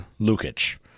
Lukic